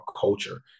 culture